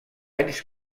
anys